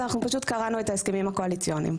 אנחנו פשוט קראנו את ההסכמים הקואליציוניים.